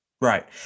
Right